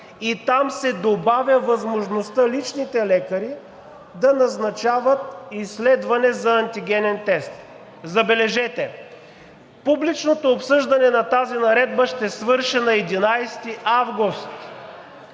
и там се добавя възможността личните лекари да назначават изследване за антигенен тест. Забележете, публичното обсъждане на тази наредба ще свърши на 11 август.